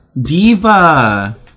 Diva